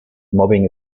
mobbing